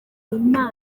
impano